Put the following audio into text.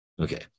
Okay